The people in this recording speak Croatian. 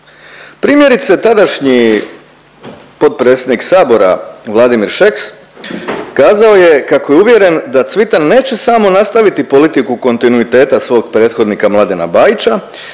Primjerice tadašnji potpredsjednik sabora Vladimir Šeks kazao je kako je uvjeren da Cvitan neće samo nastaviti politiku kontinuiteta svog prethodnika Mladena Bajića